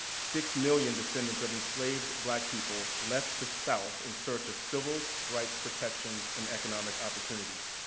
six million descendants of enslaved black people left the south in search of civil rights protections and economic opportunities.